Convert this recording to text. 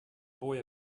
boy